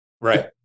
Right